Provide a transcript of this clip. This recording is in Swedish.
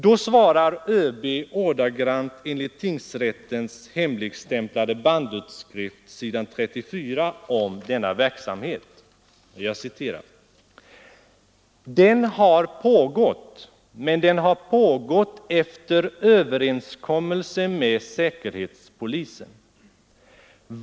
Då svarar ÖB, ordagrant enligt tingsrättens hemligstämplade bandutskrift, s. 34 om denna verksamhet: ”Den har pågått men den har pågått efter överenskommelse med säkerhetspolisen.